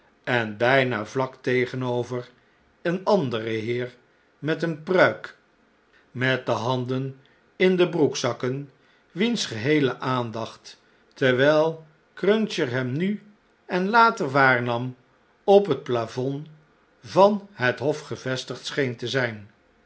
en btjna vlak tegenover een anderen heer met eene pruik met de handen in de broekzakken wiens geheele aandacht terwijl cruncher hem nu en later waarnam op het plafond van het hof gevestigd scheen te zp